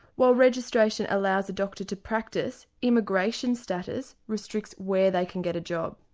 while registration allows a doctor to practice, immigration status restricts where they can get a job.